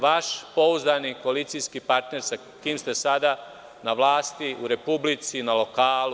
Vaš pouzdani koalicijski partner sa kojim ste sada u vlasti u Republici, na lokalu.